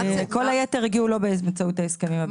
כל היתר הגיעו שלא באמצעות ההסכמים הבילטרליים.